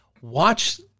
Watch